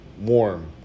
warm